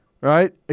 Right